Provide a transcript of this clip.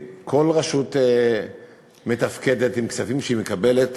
כל רשות מתפקדת עם כספים שהיא מקבלת